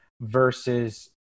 versus